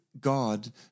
God